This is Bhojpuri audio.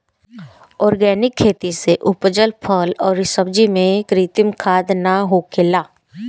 आर्गेनिक खेती से उपजल फल अउरी सब्जी में कृत्रिम खाद ना होखेला